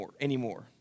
anymore